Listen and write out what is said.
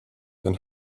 then